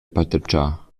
patertgar